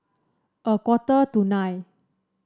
a quarter to nine